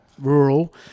rural